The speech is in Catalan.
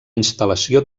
instal·lació